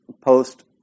post